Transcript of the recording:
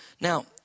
Now